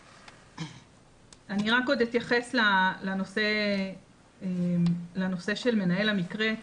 אני רק אתייחס לנושא של מנהל המקרה,